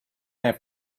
have